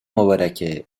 مبارکه